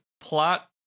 plot